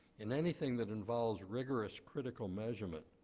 in anything that involves rigorous critical measurement,